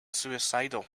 suicidal